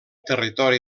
territori